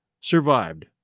survived